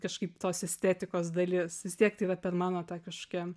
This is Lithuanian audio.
kažkaip tos estetikos dalis vis tiek tai yra per mano tą kažkokią